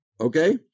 okay